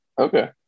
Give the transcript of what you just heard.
Okay